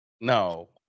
No